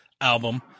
album